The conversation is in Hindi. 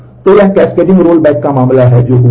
तो यह कैस्केडिंग रोल बैक का मामला है जो हुआ है